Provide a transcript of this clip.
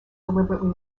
deliberately